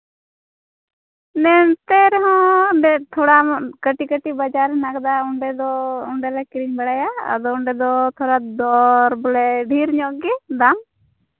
ᱱᱚᱛᱮ ᱨᱮᱦᱚᱸ ᱛᱷᱚᱲᱟ ᱠᱟᱹᱴᱤᱡᱼᱠᱟᱹᱴᱤᱡ ᱵᱟᱡᱟᱨ ᱦᱮᱱᱟᱜ ᱠᱟᱫᱟ ᱚᱸᱰᱮ ᱫᱚ ᱚᱸᱰᱮ ᱞᱮ ᱠᱤᱨᱤᱧ ᱵᱟᱲᱟᱭᱟ ᱟᱫᱚ ᱚᱸᱰᱮ ᱫᱚ ᱠᱷᱟᱨᱟᱯ ᱫᱚ ᱵᱚᱞᱮ ᱵᱷᱤᱲ ᱧᱚᱜ ᱜᱮ ᱵᱟᱝ